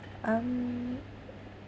um